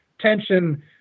tension